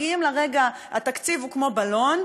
התקציב הוא כמו בלון,